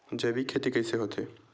जैविक खेती कइसे होथे?